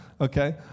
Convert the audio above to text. okay